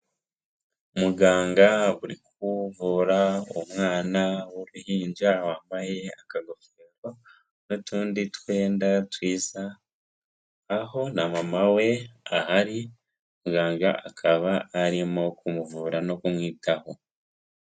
Umuganga uri kuvura umwana w'uruhinja wambaye akagofero n'utundi twenda twiza, aho na mama we ahari, muganga akaba arimo kumuvura no kumwitaho.